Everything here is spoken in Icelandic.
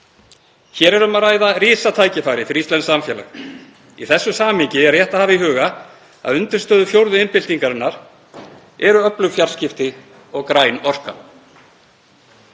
Um er að ræða risatækifæri fyrir íslenskt samfélag. Í því samhengi er rétt að hafa í huga að undirstöður fjórðu iðnbyltingarinnar eru öflug fjarskipti og græn orka.